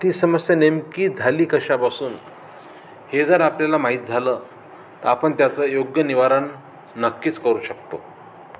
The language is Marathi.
ती समस्या नेमकी झाली कशापासून हे जर आपल्याला माहीत झालं तर आपण त्याचं योग्य निवारण नक्कीच करू शकतो